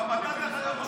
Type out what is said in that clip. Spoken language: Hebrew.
גם אתה, דרך אגב,